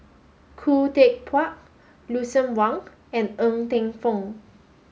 Khoo Teck Puat Lucien Wang and Ng Teng Fong